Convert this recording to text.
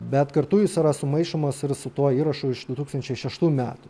bet kartu jis yra sumaišomas ir su tuo įrašu iš du tūkstančiai šeštų metų